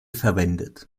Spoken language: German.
verwendet